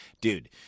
dude